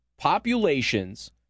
populations